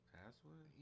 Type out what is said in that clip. password